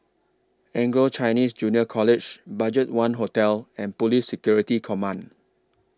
Anglo Chinese Junior College BudgetOne Hotel and Police Security Command